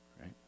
right